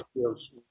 feels